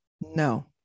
No